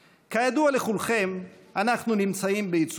ואחריו, חברת הכנסת עליזה לביא.